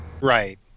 Right